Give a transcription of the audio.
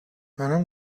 منم